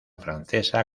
francesa